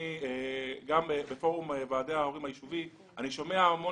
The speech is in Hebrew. בפורום ועדי ההורים היישוביים אני שומע על הרבה